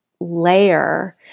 layer